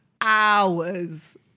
hours